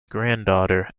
granddaughter